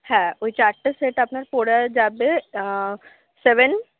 হ্যাঁ ওই চারটে সেট আপনার পরে যাবে সেভেন